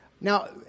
Now